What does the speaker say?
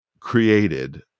Created